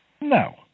No